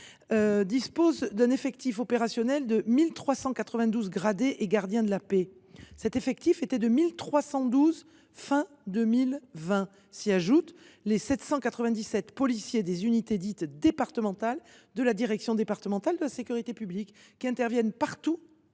dispose d’un effectif opérationnel de 1 392 gradés et gardiens de la paix, contre 1 312 à la fin de 2020. S’y ajoutent les 797 policiers des unités dites départementales de la direction départementale de la sécurité publique, qui interviennent partout